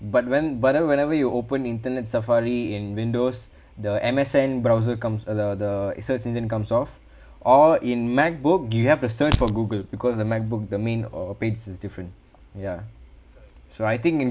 but when but then whenever you open internet safari in windows the M_S_N browser comes uh the the search engine comes off or in macbook you have to search for google because the macbook the main uh page is different ya so I think in